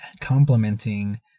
complementing